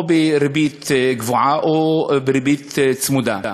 או בריבית קבועה או בריבית צמודה.